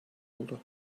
oldu